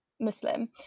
Muslim